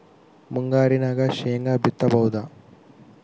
ಮುಂಗಾರಿನಾಗ ಶೇಂಗಾ ಬಿತ್ತಬಹುದಾ?